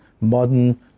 modern